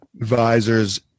advisors